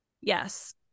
Yes